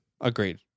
Agreed